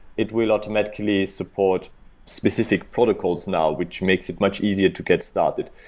it will automatically support specific protocols now, which makes it much easier to get started.